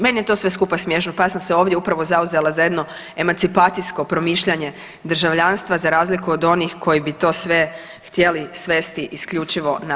Meni je sve to skupa smiješno, pa ja sam se ovdje upravo zauzela za jedno emancipacijsko promišljanje državljanstva za razliku od onih koji bi to sve htjeli svesti isključivo na genetiku.